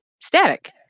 static